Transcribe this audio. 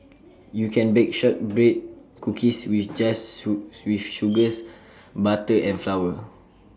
you can bake Shortbread Cookies you just sue with sugars butter and flour